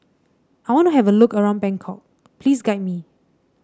I want to have a look around Bangkok please guide me